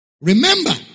Remember